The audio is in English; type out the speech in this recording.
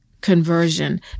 conversion